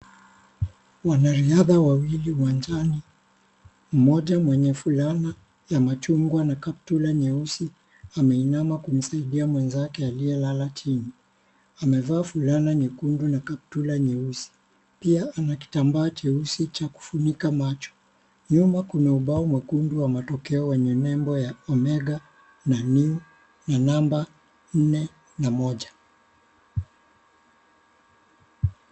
Wanariadha wawili uwanjani , mmoja mwenye fulana ya machungwa na kaptura nyeusi ameinama kumsaidia mwenzake aliyelala chini. Amevaa fulana nyekundu na kaptura nyeusi, pia anakitambaa cheusi Cha kufunikia macho . Nyuma Kuna ubao mwekundu wa matokeo wenye nembo ya Omega na (cs)new(cs) na namba nne na moja .